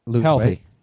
Healthy